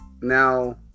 now